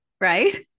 right